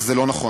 אך זה לא נכון.